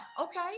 Okay